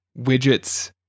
widgets